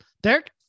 Derek